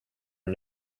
and